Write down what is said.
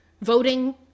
voting